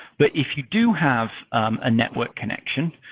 but if you do have um a network connection,